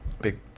Big